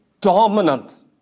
dominant